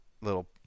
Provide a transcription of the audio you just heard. little